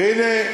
והנה,